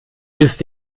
ist